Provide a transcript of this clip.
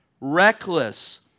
reckless